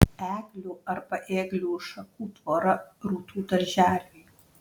eglių arba ėglių šakų tvora rūtų darželiui